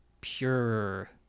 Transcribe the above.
pure